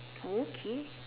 okay